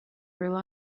rely